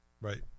right